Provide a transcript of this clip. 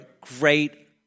great